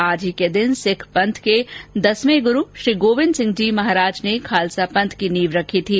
आज ही के दिन सिख पंथ के दसवें गुरु श्री गोविंद सिंह जी महाराज ने खालसा पंथ की नींव रखी थी